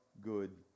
good